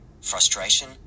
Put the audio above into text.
frustration